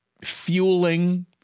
fueling